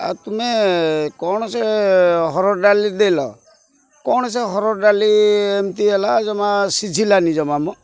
ଆଉ ତୁମେ କ'ଣ ସେ ହରଡ଼ ଡାଲି ଦେଲ କ'ଣ ସେ ହରଡ଼ ଡାଲି ଏମିତି ହେଲା ଜମା ସିଝିଲାନି ଜମା ମ